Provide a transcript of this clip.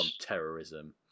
terrorism